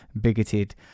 bigoted